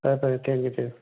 ꯐꯔꯦ ꯐꯔꯦ ꯊꯦꯡꯀꯤꯌꯨ ꯊꯦꯡꯀꯤꯌꯨ